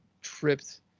tripped